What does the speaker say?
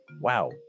Wow